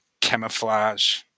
camouflage